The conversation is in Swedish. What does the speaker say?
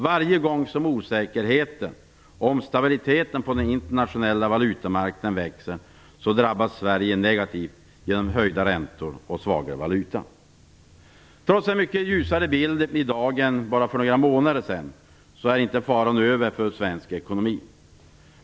Varje gång som osäkerheten om stabiliteten på den internationella valutamarknaden växer drabbas Sverige negativt genom höjda räntor och svagare valuta. Trots en mycket ljusare bild i dag än för bara några månader sedan är inte faran över för svensk ekonomi.